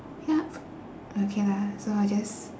yup okay lah so I just